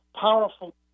powerful